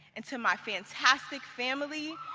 and to my fantastic family,